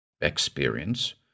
Experience